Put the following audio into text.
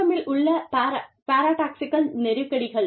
HRM ல் உள்ள paradoxical நெருக்கடிகள்